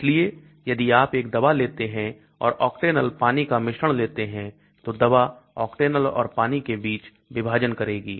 इसलिए यदि आप एक दवा लेते हैं और octanol पानी का मिश्रण लेते हैं तो दवा octanol और पानी के बीच विभाजन करेगी